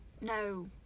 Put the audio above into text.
no